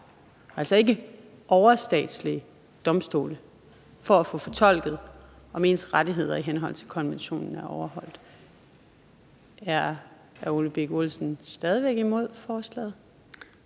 altså ikke overstatslige domstole – for at få fortolket, om ens rettigheder i henhold til konventionen er overholdt. Er hr. Ole Birk Olesen stadig væk imod forslaget?